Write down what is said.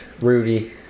rudy